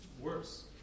worse